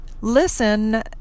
Listen